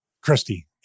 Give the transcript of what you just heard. Christy